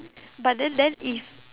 but then then if